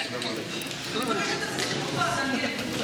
אני אראה לו מה הוא אמר היום.